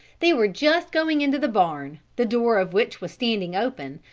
they were just going into the barn, the door of which was standing open,